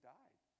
died